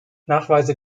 nachweise